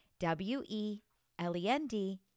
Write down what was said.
W-E-L-E-N-D